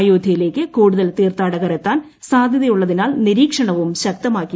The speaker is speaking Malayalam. അയോദ്ധ്യയിലേക്ക് കൂടുതൽ തീർത്ഥാടകർ എത്താൻ സൂർ്യ്തയുള്ളതിനാൽ നിരീക്ഷണവും ശക്തമാക്കി